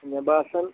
مےٚ باسان